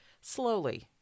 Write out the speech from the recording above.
slowly